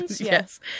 Yes